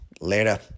Later